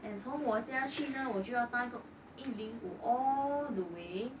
and 从我家去呢我就要打那个一零五 all the way